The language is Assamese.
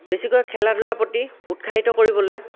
বেছিকৈ খেলা ধূলাৰ প্ৰতি উৎসাহিত কৰিবলৈ